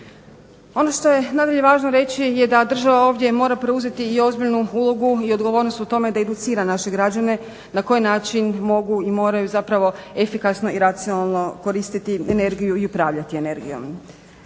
Ono što je nadalje važno reći je da država ovdje mora preuzeti i ozbiljnu ulogu i odgovornost u tome da educira naše građane, na koji način mogu i moraju zapravo efikasno i racionalno koristiti energiju i upravljati energijom.